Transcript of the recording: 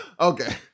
okay